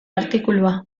artikulua